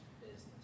business